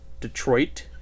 Detroit